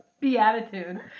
Beatitude